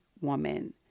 woman